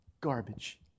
garbage